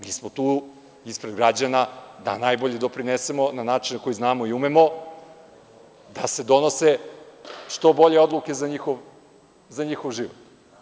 Mi smo tu ispred građana da najbolje doprinesemo na način na koji znamo i umemo, da se donose što bolje odluke za njihov život.